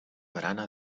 barana